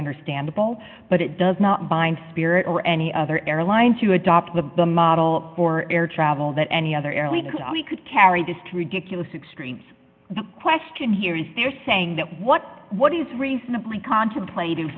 understandable but it does not bind spirit or any other airline to adopt the the model for air travel that any other airline could we could carry this to ridiculous extremes the question here is they're saying that what what is reasonably contemplated